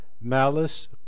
malice